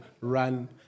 run